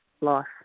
life